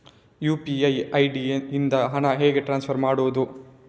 UPI ID ಇಂದ ಹಣ ಹೇಗೆ ಟ್ರಾನ್ಸ್ಫರ್ ಮಾಡುದು?